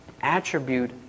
attribute